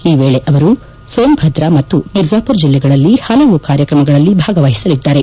ಈ ವೇಳೆ ಅವರು ಸೋನ್ ಭದ್ರಾ ಮತ್ತು ಮಿರ್ಜಾಪುರ್ ಜಿಲ್ಲೆಗಳಲ್ಲಿ ಹಲವು ಕಾರ್ಯಕ್ರಮಗಳಲ್ಲಿ ಭಾಗವಹಿಸಲಿದ್ದಾರೆ